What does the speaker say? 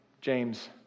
James